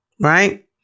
right